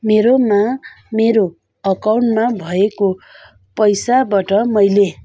मेरोमा मेरो अकाउन्टमा भएको पैसाबाट मैले